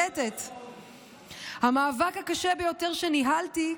המאבק הקשה ביותר שניהלתי,